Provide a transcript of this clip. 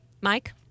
Mike